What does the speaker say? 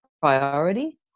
priority